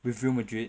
with Real Madrid